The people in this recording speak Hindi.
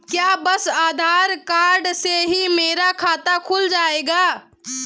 क्या बस आधार कार्ड से ही मेरा खाता खुल जाएगा?